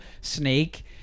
snake